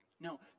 No